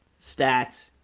stats